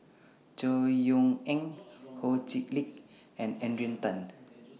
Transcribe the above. Chor Yeok Eng Ho Chee Lick and Adrian Tan